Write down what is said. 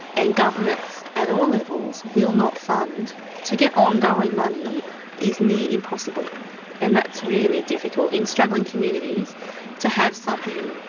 and governments at all levels will not fund to get ongoing money is near impossible and that's really difficult. in struggling communities to have something,